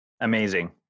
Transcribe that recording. Amazing